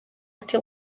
ერთი